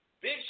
Big